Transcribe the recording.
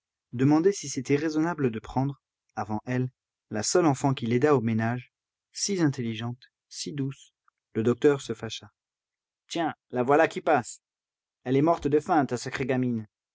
demandait si c'était raisonnable de prendre avant elle la seule enfant qui l'aidât au ménage si intelligente si douce le docteur se fâcha tiens la voilà qui passe elle est morte de faim ta sacrée gamine